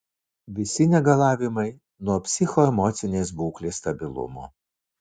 visi negalavimai nuo psichoemocinės būklės stabilumo